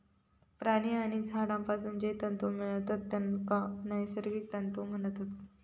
प्राणी आणि झाडांपासून जे तंतु मिळतत तेंका नैसर्गिक तंतु म्हणतत